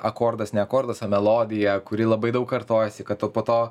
akordas ne rekordas o melodija kuri labai daug kartojasi kad o po to